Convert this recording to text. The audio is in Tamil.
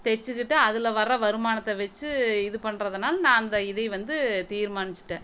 தைச்சிக்கிட்டு அதில் வர வருமானத்தை வெச்சு இது பண்ணுறதுனால நான் அந்த இதை வந்து தீர்மானிச்சுட்டேன்